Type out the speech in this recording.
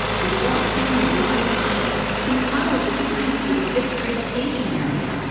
we walked down the wide aisle and followed the signs to the fifth-grade staging area,